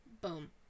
Boom